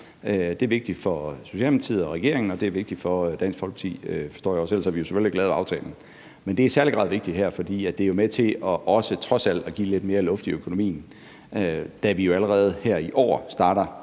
Det er vigtigt for Socialdemokratiet og regeringen, og det er vigtigt for Dansk Folkeparti, forstår jeg også, og ellers havde vi jo selvfølgelig heller ikke lavet aftalen. Men det er i særlig grad vigtigt her, fordi det jo trods alt også er med til at give lidt mere luft i økonomien, da vi jo allerede her i år starter